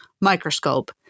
microscope